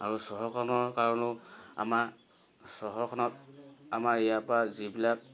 আৰু চহৰখনৰ কাৰণেও আমাৰ চহৰখনত আমাৰ ইয়াৰপৰা যিবিলাক